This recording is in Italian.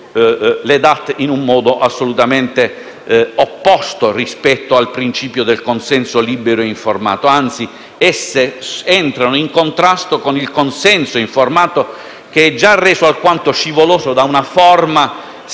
le DAT, in un modo assolutamente contrario al principio del consenso libero e informato; anzi, entrano in contrasto con il consenso informato, reso già alquanto scivoloso da una forma scritta